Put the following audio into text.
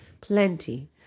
plenty